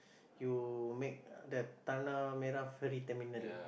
you make the tanah-merah ferry terminal